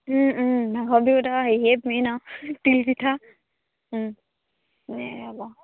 মাঘৰ বিহুত আকৌ হেৰি হে মেইন আৰু তিল পিঠা